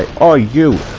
all you